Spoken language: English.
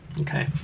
Okay